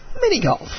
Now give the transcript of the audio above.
Mini-Golf